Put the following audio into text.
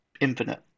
infinite